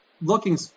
looking